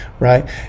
right